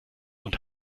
und